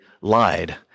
lied